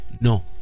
No